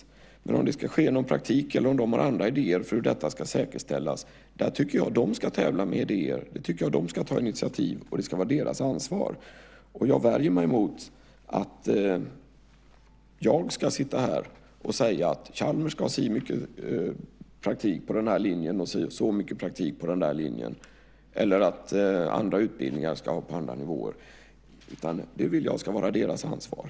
När det gäller om detta ska ske genom praktik eller om de har andra idéer för hur detta ska säkerställas tycker jag att de ska tävla med idéer. De ska ta initiativ, och det ska vara deras ansvar. Jag värjer mig emot att jag ska sitta här och säga att Chalmers ska ha si och så mycket praktik på den och den linjen eller att andra utbildningar ska ha andra nivåer. Det vill jag ska vara deras ansvar.